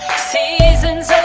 seasons